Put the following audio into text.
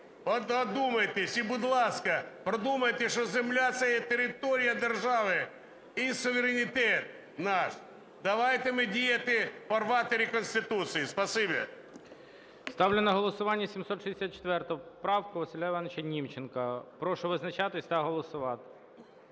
Одумайтесь! І, будь ласка, подумайте, що земля – це є територія держави і суверенітет наш. Давайте ми діяти в фарватері Конституції. Спасибі. ГОЛОВУЮЧИЙ. Ставлю на голосування 764 правку Василя Івановича Німченка. Прошу визначатись та голосувати.